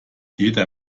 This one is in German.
jeder